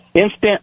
instant